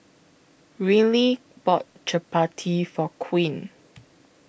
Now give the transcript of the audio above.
Rylie bought Chapati For Queen